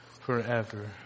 forever